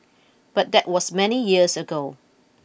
but that was many years ago